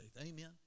Amen